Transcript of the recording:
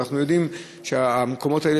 ואנחנו יודעים שהמקומות האלה,